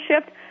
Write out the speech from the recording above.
shift